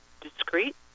discreet